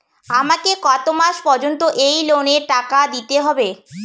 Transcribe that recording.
আমাকে কত মাস পর্যন্ত এই লোনের টাকা দিতে হবে?